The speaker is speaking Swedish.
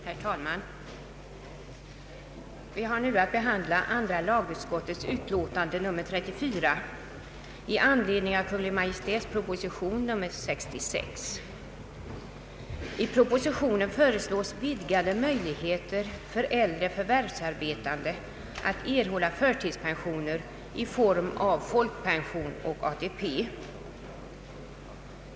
Herr talman! Vi har nu att behandla andra lagutskottets utlåtande nr 34 i anledning av Kungl. Maj:ts proposition nr 66. I propositionen föreslås vidgade möjligheter för äldre förvärvsarbetande att erhålla förtidspensioner i form av folkpension och ATP.